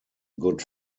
good